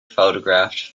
photographed